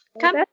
come